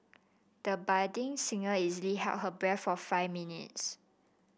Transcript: the budding singer easily held her breath for five minutes